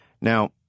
Now